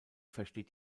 versteht